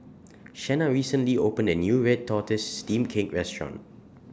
Shena recently opened A New Red Tortoise Steamed Cake Restaurant